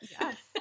Yes